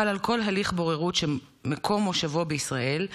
חל על כל הליך בוררות שמקום מושבו בישראל,